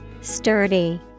Sturdy